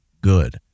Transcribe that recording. good